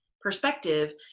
perspective